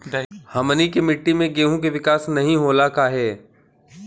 हमनी के मिट्टी में गेहूँ के विकास नहीं होला काहे?